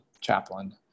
chaplain